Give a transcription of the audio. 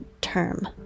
term